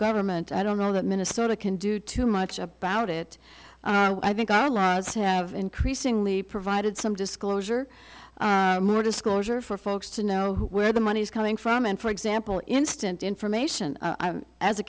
government i don't know that minnesota can do too much about it and i think our laws have increasingly provided some disclosure more disclosure for folks to know where the money is coming from and for example instant information as a